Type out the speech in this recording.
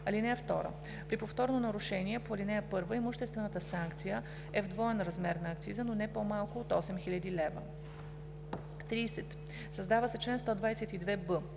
лв. (2) При повторно нарушение по ал. 1 имуществената санкция е в двоен размер на акциза, но не по-малко от 8000 лв.“ 30. Създава се чл. 122б: